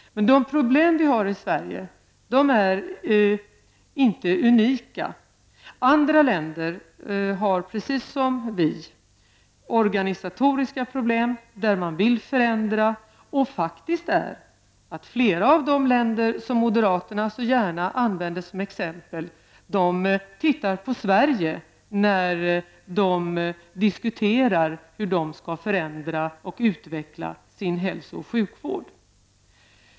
De problem vi har i Sverige är inte unika. Andra länder har precis som vi organisatoriska problem där man vill förändra. Flera av de länder som moderaterna så gärna använder som exempel jämför faktiskt med Sverige när de diskuterar hur de skall förändra och utveckla sin hälso och sjukvård.